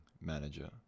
manager